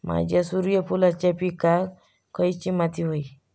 माझ्या सूर्यफुलाच्या पिकाक खयली माती व्हयी?